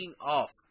off